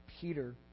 Peter